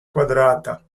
quadrata